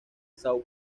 são